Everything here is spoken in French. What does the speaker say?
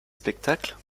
spectacles